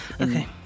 Okay